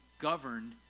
governed